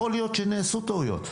יכול להיות שנעשו טעויות.